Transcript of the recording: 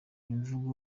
ivuga